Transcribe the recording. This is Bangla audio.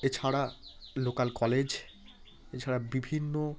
এছাড়া লোকাল কলেজ এছাড়া বিভিন্ন